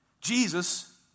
Jesus